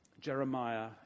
Jeremiah